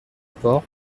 porc